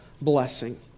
blessing